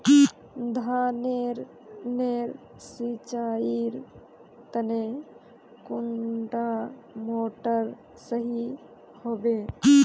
धानेर नेर सिंचाईर तने कुंडा मोटर सही होबे?